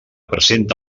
presenta